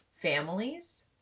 families